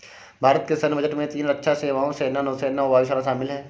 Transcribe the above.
भारत के सैन्य बजट में तीन रक्षा सेवाओं, सेना, नौसेना और वायु सेना शामिल है